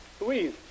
Louise